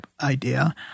idea